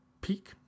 peak